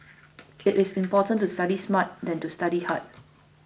it is important to study smart than to study hard